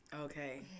Okay